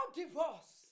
divorce